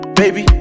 baby